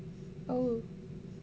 oh